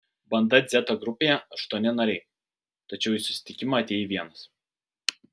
banda dzeta grupėje aštuoni nariai tačiau į susitikimą atėjai vienas